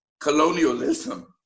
colonialism